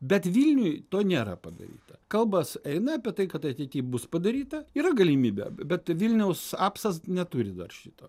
bet vilniuj to nėra padaryta kalbas eina apie tai kad ateity bus padaryta yra galimybė bet vilniaus apsas neturi dar šito